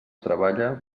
treballa